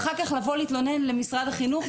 ואחר כך לבוא ולהתלונן למשרד החינוך,